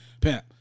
pimp